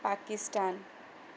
Pakistan